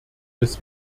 des